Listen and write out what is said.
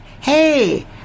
Hey